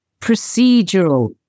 procedural